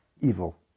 evil